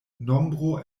nombro